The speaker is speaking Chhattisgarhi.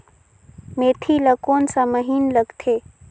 मेंथी ला कोन सा महीन लगथे?